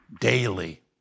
daily